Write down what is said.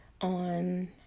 on